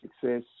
success